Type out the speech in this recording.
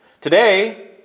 Today